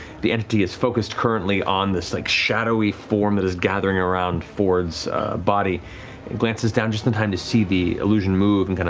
the entity is focused currently on this like shadowy form that is gathering around fjord's body, and glances down just in time to see the illusion move and kind of